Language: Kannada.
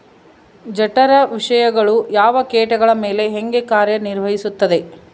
ಜಠರ ವಿಷಯಗಳು ಯಾವ ಕೇಟಗಳ ಮೇಲೆ ಹೇಗೆ ಕಾರ್ಯ ನಿರ್ವಹಿಸುತ್ತದೆ?